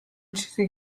چیزی